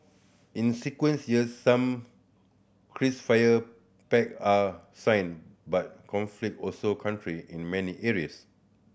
in years some ceasefire pact are signed but conflict also country in many areas